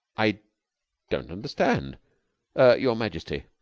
i don't understand er your majesty.